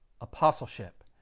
apostleship